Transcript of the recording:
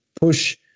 push